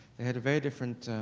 they had very different